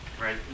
right